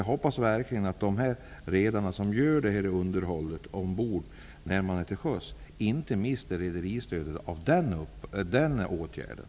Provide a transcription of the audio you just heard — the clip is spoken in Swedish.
Jag hoppas att de redare som gör underhållet när man är till sjöss inte mister rederistödet av den anledningen.